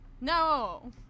No